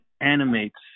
animates